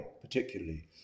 particularly